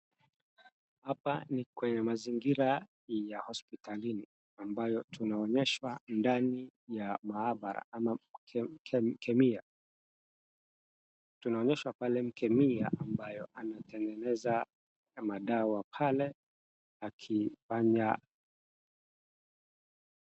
Hapa ni kwenye mazingira ya hospitalini ambayo tunaonyeshwa ndani ya maabara ama kemia, tunaonyeshwa pale mkemia ambayo anatengeneza kama dawa pale akifanya.